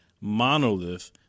monolith